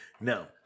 No